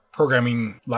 Programming